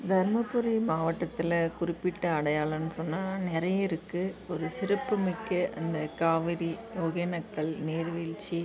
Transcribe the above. தர்மபுரி மாவட்டத்தில் குறிப்பிட்ட அடையாளம்னு சொன்னால் நிறையா இருக்குது ஒரு சிறப்பு மிக்க அந்தக் காவேரி ஒகேனக்கல் நீர் வீழ்ச்சி